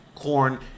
corn